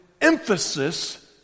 emphasis